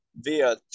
via